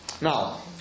Now